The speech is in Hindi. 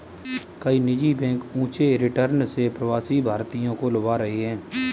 कई निजी बैंक ऊंचे रिटर्न से प्रवासी भारतीयों को लुभा रहे हैं